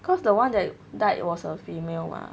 cause the [one] that died was a female mah